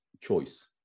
choice